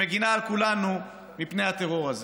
שמגינה על כולנו מפני הטרור הזה.